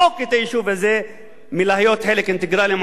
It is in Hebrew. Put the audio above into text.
הזה מהיותו חלק אינטגרלי של המועצה האזורית.